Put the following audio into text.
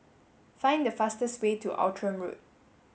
find the fastest way to Outram Road